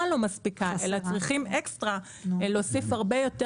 לא מספיקה אלא צריכים להוסיף הרבה יותר,